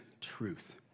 truth